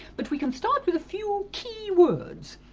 but we can start with a few key words.